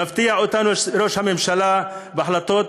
מפתיע אותנו ראש הממשלה בהחלטות